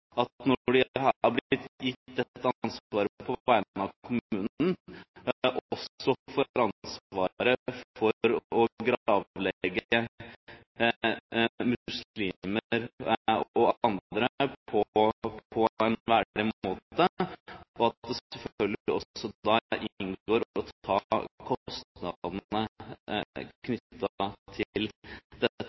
på vegne av kommunene har blitt gitt ansvaret for å gravlegge muslimer og andre på en verdig måte, og at det selvfølgelig også inngår å ta kostnadene knyttet til dette. Jeg synes det er unødvendig å bruke denne talerstolen til